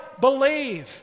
believe